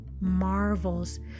marvels